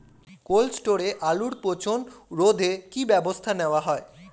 Cold স্টোরে আলুর পচন রোধে কি ব্যবস্থা নেওয়া হয়?